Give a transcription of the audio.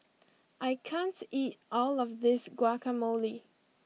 I can't eat all of this Guacamole